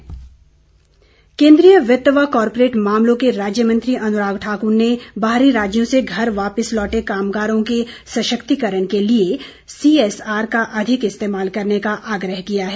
अनुराग ठाकुर केन्द्रीय वित्त व कारपोरेट मामलों के राज्यमंत्री अनुराग ठाकुर ने बाहरी राज्यों से घर वापिस लौटे कामगारों के सशक्तिकरण के लिए सीएसआर का अधिक इस्तेमाल करने का आग्रह किया है